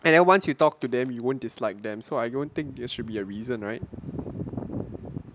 and then once you talk to them you won't dislike them so I don't think this should be a reason right